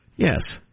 Yes